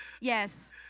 Yes